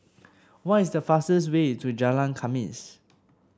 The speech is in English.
what is the fastest way to Jalan Khamis